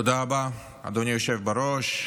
תודה רבה, אדוני היושב בראש.